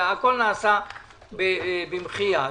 והכול נעשה במחי יד.